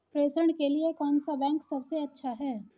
प्रेषण के लिए कौन सा बैंक सबसे अच्छा है?